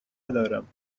ندارم